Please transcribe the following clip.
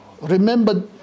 Remember